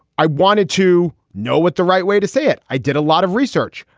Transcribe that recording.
i wanted to know what the right way to say it. i did a lot of research.